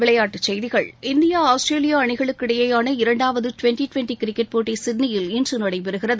விளையாட்டுச்செய்திகள் India Australia அணிகளுக்கு இடையேயான இரண்டாவது ட்வெண்ட்டி ட்வெண்ட்டி கிரிக்கெட் போட்டி சிட்னியில் இன்று நடைபெறுகிறது